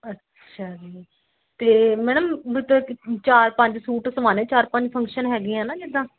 ਅੱਛਾ ਜੀ ਅਤੇ ਮੈਡਮ ਮਤਲਬ ਚਾਰ ਪੰਜ ਸੂਟ ਸਵਾਣੇ ਚਾਰ ਪੰਜ ਫੰਕਸ਼ਨ ਹੈਗੇ ਹੈ ਨਾ ਜਿੱਦਾਂ